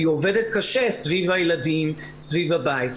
והיא עובדת קשה סביב הילדים וסביב הבית.